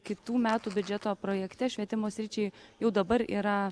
kitų metų biudžeto projekte švietimo sričiai jau dabar yra